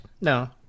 No